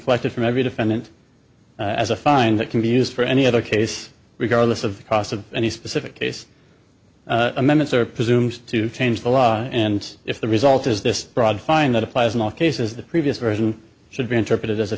collected from every defendant as a fine that can be used for any other case regardless of the cost of any specific case amendments or presumes to change the law and if the result is this broad fine that applies in all cases the previous version should be interpreted as a